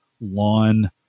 lawn